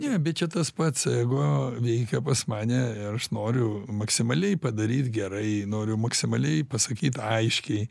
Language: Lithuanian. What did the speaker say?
ne bet čia tas pats ego veikia pas mane ir aš noriu maksimaliai padaryt gerai noriu maksimaliai pasakyt aiškiai